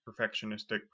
perfectionistic